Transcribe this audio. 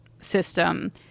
system